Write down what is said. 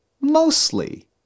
mostly